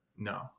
No